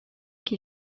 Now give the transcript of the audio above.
qui